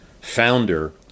founder